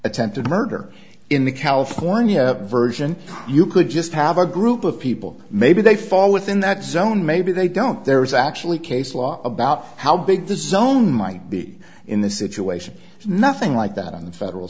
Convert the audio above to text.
attempted murder in the california version you could just have a group of people maybe they fall within that zone maybe they don't there is actually case law about how big the zone might be in this situation it's nothing like that on the federal